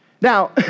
Now